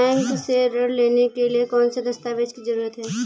Bank से ऋण लेने के लिए कौन से दस्तावेज की जरूरत है?